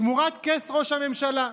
תמורת כס ראש הממשלה,